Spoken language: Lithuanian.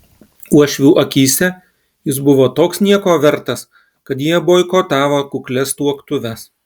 uošvių akyse jis buvo toks nieko vertas kad jie boikotavo kuklias tuoktuves